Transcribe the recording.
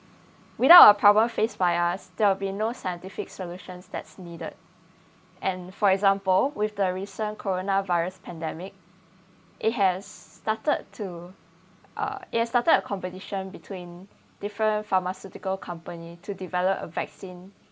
without a problem faced by us there will be no scientific solutions that's needed and for example with the recent corona virus pandemic it has started to uh it has started a competition between different pharmaceutical company to develop a vaccine